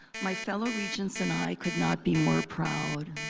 my fellow regents and i could not be more proud.